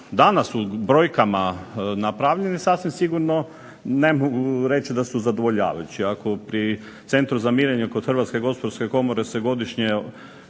danas u brojkama napravljeni sasvim sigurno ne mogu reći da su zadovoljavajući. Ako pri Centru za mirenje kod Hrvatske gospodarske komore se godišnje